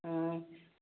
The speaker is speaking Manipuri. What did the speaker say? ꯎꯝ